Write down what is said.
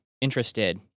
interested